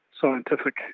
scientific